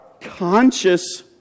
conscious